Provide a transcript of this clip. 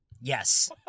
Yes